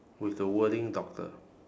with the wording doctor